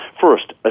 First